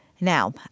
Now